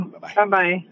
Bye-bye